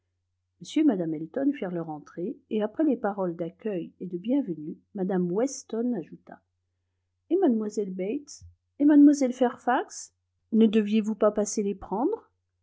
et mme elton firent leur entrée et après les paroles d'accueil et de bienvenue mme weston ajouta et mlle bates et mlle fairfax ne deviez-vous pas passer les prendre